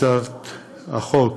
הצעת החוק